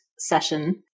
session